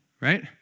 Right